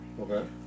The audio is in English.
Okay